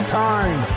time